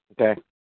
okay